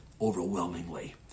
overwhelmingly